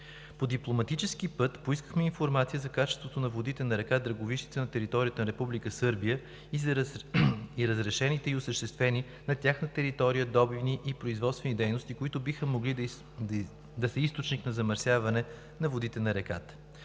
По дипломатически път поискахме информация за качеството на водите на река Драговищица на територията на Република Сърбия и разрешените и осъществени на тяхна територия добивни и производствени дейности, които биха могли да са източник на замърсяване на водите на реката.